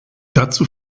dazu